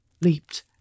leaped